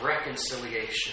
reconciliation